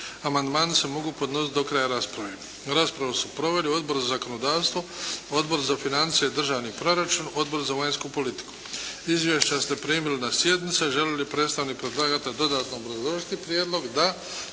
Amandmani se mogu podnositi do kraja rasprave. Raspravu su proveli Odbor za zakonodavstvo, Odbor za financije i državni proračun, Odbor za vanjsku politiku. Izvješća ste primili na sjednici. Želi li predstavnik predlagatelja dodatno obrazložiti prijedlog? Da.